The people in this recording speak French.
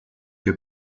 que